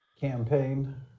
campaign